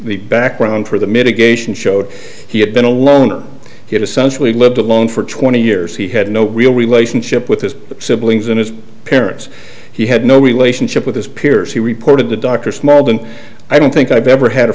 background for the mitigation showed he had been a loner get essentially lived alone for twenty years he had no real relationship with his siblings and his parents he had no relationship with his peers he reported the doctor smiled and i don't think i've ever had a